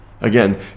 Again